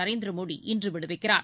நரேந்திர மோடி இன்று விடுவிக்கிறார்